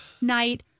night